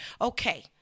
Okay